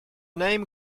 name